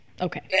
okay